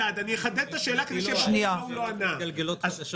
אני אחדד את השאלה --- יש שאלות מתגלגלות חדשות